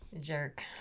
Jerk